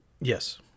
Yes